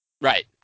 Right